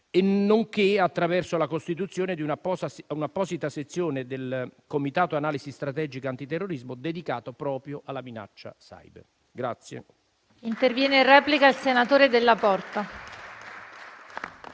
nonché attraverso la costituzione di un'apposita sezione del Comitato di analisi strategica antiterrorismo dedicata proprio alla minaccia *cyber.*